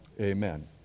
Amen